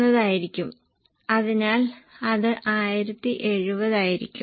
അത് 29 ആയിരിക്കും അതെ 43 ഇതാണ് അത് 42 43 ആയിരിക്കണം